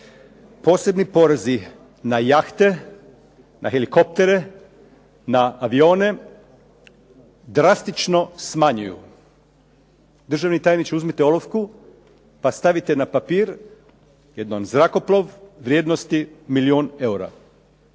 posebni porezi na jahte, na helikoptere, na avione drastično smanjuju. Državni tajniče uzmite olovku, pa stavite na papir jedan zrakoplov vrijednosti milijun eura.